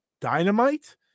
Dynamite